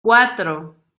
cuatro